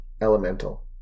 elemental